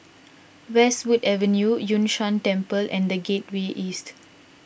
Westwood Avenue Yun Shan Temple and the Gateway East